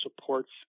supports